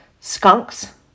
skunks